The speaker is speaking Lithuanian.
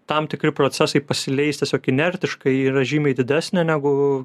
tam tikri procesai pasileis tiesiog inertiškai yra žymiai didesnė negu